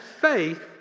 faith